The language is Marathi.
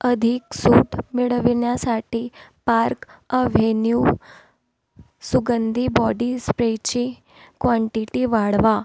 अधिक सूट मिळविण्यासाठी पार्क अव्हेन्यू सुगंधी बॉडी स्प्रेची क्वांटीटी वाढवा